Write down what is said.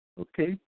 Okay